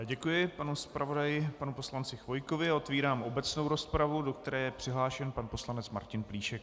Děkuji panu zpravodaji, panu poslanci Chvojkovi a otevírám obecnou rozpravu, do které je přihlášen pan poslanec Martin Plíšek.